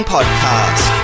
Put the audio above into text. Podcast